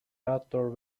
outdoor